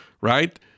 right